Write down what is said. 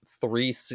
three